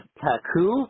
Taku